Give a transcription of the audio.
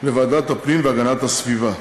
לוועדת הפנים והגנת הסביבה.